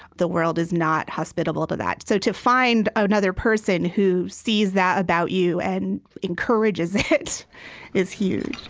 the world is not hospitable to that. so to find another person who sees that about you and encourages it is huge